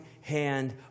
hand